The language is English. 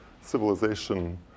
civilization